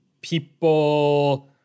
people